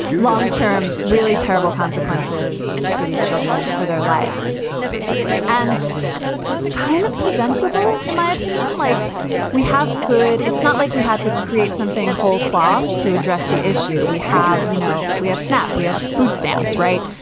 long term, really terrible consequences for these children, for their lives basically. and the kind of preventable, preventable, in my opinion, like we have good. it's not like we had to create something whole cloth to address the issue. we have you know, we have snap. we have food stamps. right.